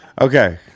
Okay